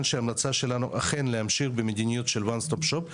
שההמלצה שלנו אכן להמשיך במדיניות one stop shop.